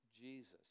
Jesus